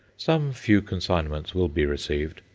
some few consignments will be received,